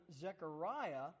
Zechariah